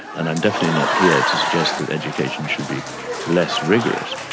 and i'm definitely not here to suggest that education should be less rigorous.